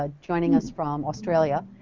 ah joining us from australia,